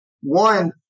One